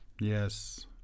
yes